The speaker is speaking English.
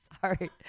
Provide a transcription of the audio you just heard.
Sorry